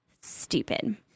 stupid